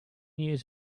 years